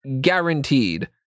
Guaranteed